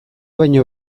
baino